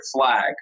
flag